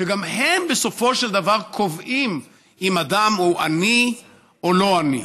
שגם הם בסופו של דבר קובעים אם אדם הוא עני או לא עני.